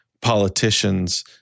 politicians